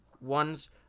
ones